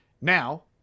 Now